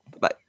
Bye